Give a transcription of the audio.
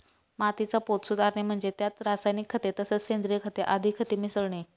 मातीचा पोत सुधारणे म्हणजे त्यात रासायनिक खते तसेच सेंद्रिय खते आदी खते मिसळणे